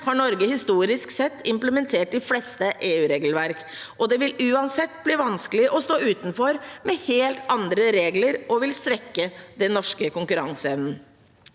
har Norge historisk sett implementert de fleste EU-regelverk. Det vil uansett bli vanskelig å stå utenfor med helt andre regler, og det vil svekke den norske konkurranseevnen.